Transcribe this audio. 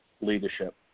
leadership